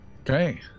okay